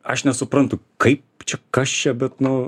aš nesuprantu kaip čia kas čia bet nu